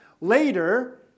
later